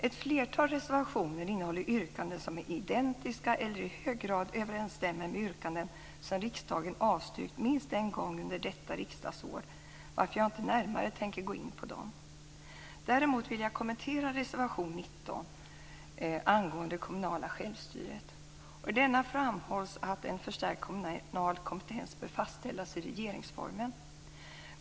Ett flertal reservationer innehåller yrkanden som är identiska eller i hög grad överensstämmer med yrkanden som riksdagen avstyrkt minst en gång under detta riksdagsår, varför jag inte närmare tänker gå in på dem. Däremot vill jag kommentera reservation 19 angående kommunalt självstyre. I denna framhålls att en förstärkt kommunal kompetens bör fastställas i regeringsformen.